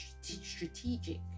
strategic